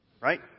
Right